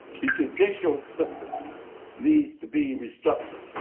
the judicial system needs to be restructured.